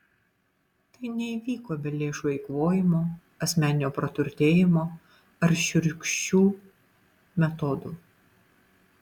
tai neįvyko be lėšų eikvojimo asmeninio praturtėjimo ar šiurkščių metodų